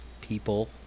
people